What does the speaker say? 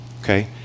okay